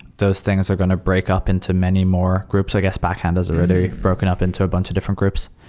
those things are going to break up into many more groups. i guess backend is already broken up into a bunch of different groups.